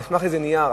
על סמך איזה נייר?